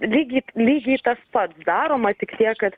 lygiai lygiai tas pats daroma tik tiek kad